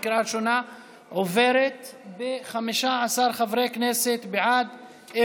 עוברת בקריאה ראשונה: 15 חברי כנסת בעד,